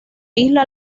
isla